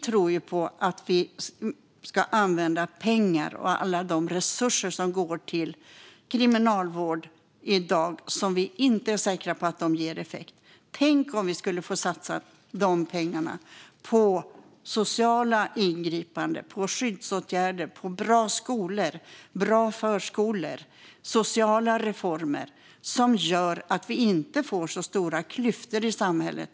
Tänk om vi skulle få satsa de pengar och alla de resurser som i dag går till kriminalvård - där vi inte är säkra på att de ger effekt - på sociala ingripanden, skyddsåtgärder, bra skolor, bra förskolor och sociala reformer! Det är sådant som gör att vi inte får så stora klyftor i samhället.